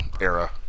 era